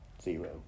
Zero